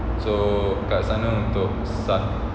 so kat sana untuk sat~